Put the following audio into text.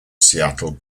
seattle